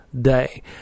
day